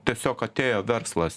tiesiog atėjo verslas